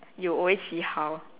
you always see how